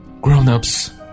Grown-ups